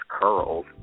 curls